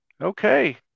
Okay